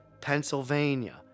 Pennsylvania